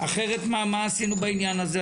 אחרת מה עשינו בעניין הזה?